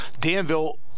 Danville